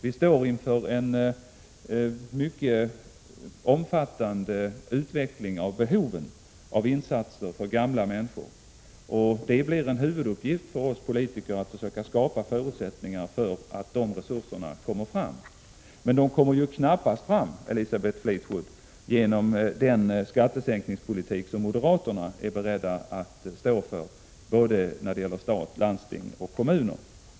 Vi står inför en mycket omfattande utveckling när det gäller behoven av insatser för gamla människor. Det blir en huvuduppgift för oss politiker att försöka skapa förutsättningar för att de resurserna kommer fram. Men, Elisabeth Fleetwood, de kommer knappast fram genom den skattesänkningspolitik som moderaterna är beredda att stå för när det gäller såväl stat och landsting som kommuner.